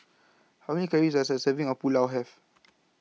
How Many Calories Does A Serving of Pulao Have